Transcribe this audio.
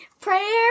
Prayer